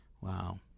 Wow